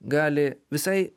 gali visai